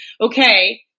okay